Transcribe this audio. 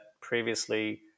previously